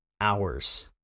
hours